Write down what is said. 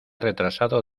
retrasado